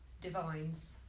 Divines